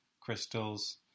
crystals